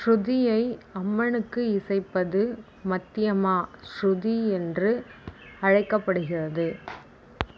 ஸ்ருதியை அம்மனுக்கு இசைப்பது மத்யமா ஸ்ருதி என்று அழைக்கப்படுகிறது